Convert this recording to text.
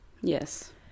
yes